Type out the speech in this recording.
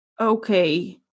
Okay